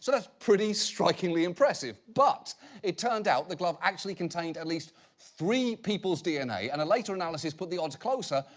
so that's pretty strikingly impressive, but it turned out the glove actually contained at least three people's dna and later analysis put the odds closer,